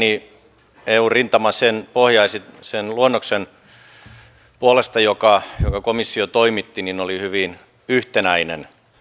mielestäni eu rintama sen luonnoksen puolesta jonka komissio toimitti oli hyvin yhtenäinen